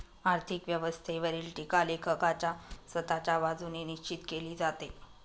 आर्थिक व्यवस्थेवरील टीका लेखकाच्या स्वतःच्या बाजूने निश्चित केली जाते